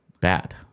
bad